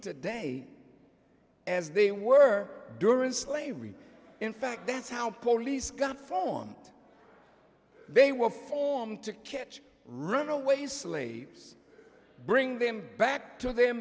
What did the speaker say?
today as they were during slavery in fact that's how police got phone they were formed to catch runaway slaves bring them back to their